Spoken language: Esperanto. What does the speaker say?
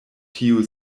tiu